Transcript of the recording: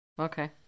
Okay